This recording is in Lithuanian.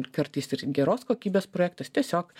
kartais ir geros kokybės projektas tiesiog